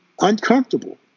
uncomfortable